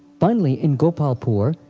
finally in gopalpur,